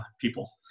people